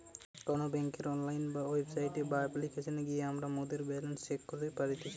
কোনো বেংকের online website বা অপ্লিকেশনে গিয়ে আমরা মোদের ব্যালান্স চেক করি পারতেছি